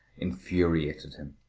infuriated him.